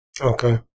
okay